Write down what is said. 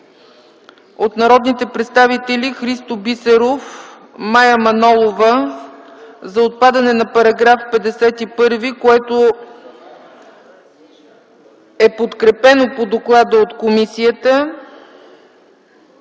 от народните представители Христо Бисеров и Мая Манолова за отпадане на § 51, което е подкрепено от комисията